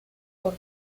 por